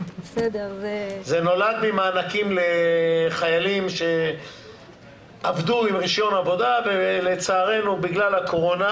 היא נולדה מהמענק לחיילים שעבדו עם רישיון עבודה ולצערנו בגלל הקורונה,